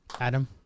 Adam